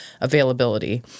availability